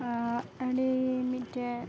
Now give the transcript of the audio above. ᱟᱹᱰᱤ ᱢᱤᱫᱴᱮᱡ